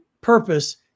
purpose